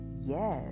yes